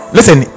Listen